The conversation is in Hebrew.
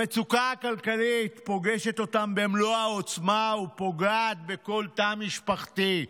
המצוקה הכלכלית פוגשת אותם במלוא העוצמה ופוגעת בכל תא משפחתי.